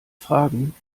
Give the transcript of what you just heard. fragen